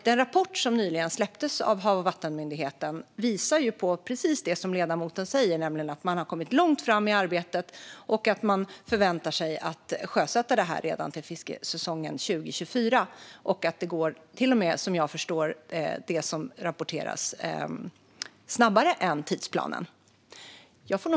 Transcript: Den rapport som nyligen släpptes av Havs och vattenmyndigheten visar på precis det som ledamoten säger, nämligen att man har kommit långt fram i arbetet och att man förväntar sig att sjösätta detta redan till fiskesäsongen 2024 och att det till och med - som jag förstår det som rapporteras - går snabbare än tidsplanen.